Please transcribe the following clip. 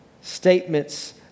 statements